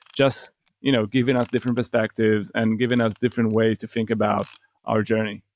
just you know giving us different perspectives and giving us different ways to think about our journey.